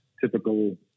typical